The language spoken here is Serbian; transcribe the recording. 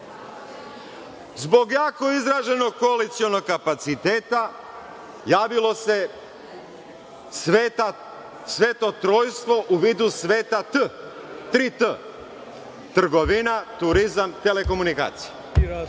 Zbog jako izraženog koalicionog kapaciteta, javilo se sveto trojstvo u vidu sveta tri „T“, trgovina, turizam i telekomunikacije.